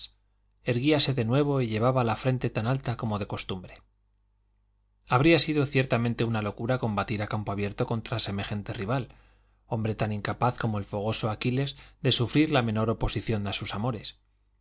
zas erguíase de nuevo y llevaba la frente tan alta como de costumbre habría sido ciertamente una locura combatir a campo abierto contra semejante rival hombre tan incapaz como el fogoso aquiles de sufrir la menor oposición a sus amores